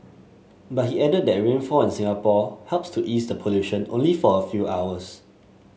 but he added that rainfall in Singapore helps to ease the pollution only for a few hours